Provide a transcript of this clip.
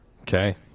Okay